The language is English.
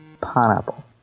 pineapple